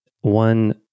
One